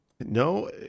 No